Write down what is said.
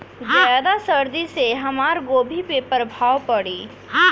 ज्यादा सर्दी से हमार गोभी पे का प्रभाव पड़ी?